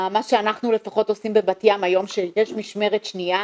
מה שאנחנו עושים בבת ים היום, שיש משמרת שנייה.